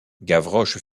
gavroche